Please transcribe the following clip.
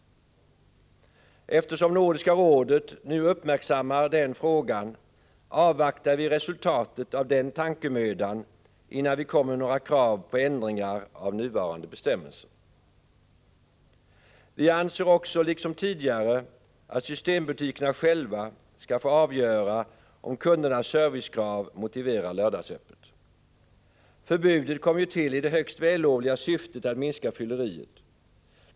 Eftersom Nordiska rådet uppmärksammar den frågan avvaktar vi resultatet av den tankemödan, innan vi kommer med några krav på ändringar av nuvarande bestämmelser. Vi anser också, liksom tidigare, att systembutikerna själva skall få avgöra om kundernas servicekrav motiverar lördagsöppet. Förbudet kom ju till i det högst vällovliga syftet att minska fylleriet.